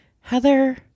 Heather